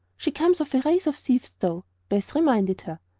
she comes of a race of thieves, though, beth reminded her.